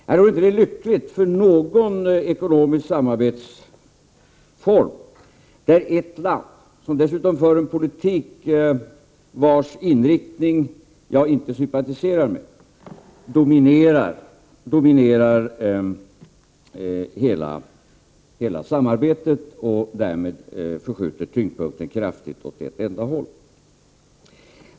Jag tror inte att det är lyckligt för någon ekonomisk samarbetsform om ett land — som dessutom för en politik vars inriktning jag inte sympatiserar med — dominerar hela samarbetet och därmed kraftigt förskjuter tyngdpunkten åt ett enda håll.